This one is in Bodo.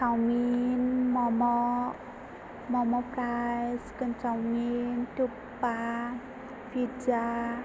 सावमिन मम' मम' फ्राय सिकोन सावमिन टुप्पा पिज्जा